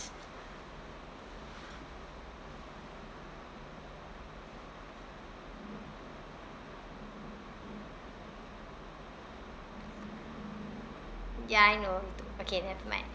ya I know you have to okay nevermind